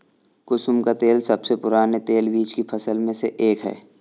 कुसुम का तेल सबसे पुराने तेलबीज की फसल में से एक है